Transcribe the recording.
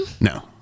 No